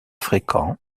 fréquent